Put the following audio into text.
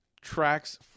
tracks